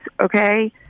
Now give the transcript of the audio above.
okay